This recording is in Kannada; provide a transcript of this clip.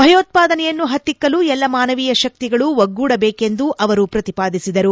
ಭಯೋತ್ಪಾದನೆಯನ್ನು ಪತ್ತಿಕ್ಕಲು ಎಲ್ಲ ಮಾನವೀಯ ಶಕ್ತಿಗಳು ಒಗ್ಗೂಡಬೇಕೆಂದು ಅವರು ಪ್ರತಿಪಾದಿಸಿದರು